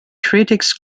critics